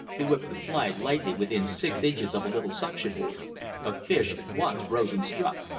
he whipped the fly lightly within six inches of a little suction hole a fish at once rose and struck.